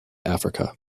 africa